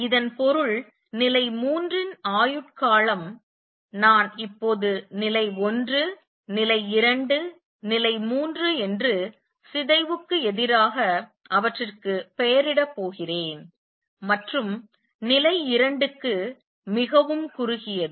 இதன் பொருள் நிலை 3 இன் ஆயுட்காலம் நான் இப்போது நிலை 1 நிலை 2 நிலை 3 என்று சிதைவுக்கு எதிராக அவற்றிற்கு பெயரிடப் போகிறேன் மற்றும் நிலை 2 க்கு மிகவும் குறுகியது